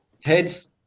Heads